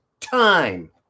time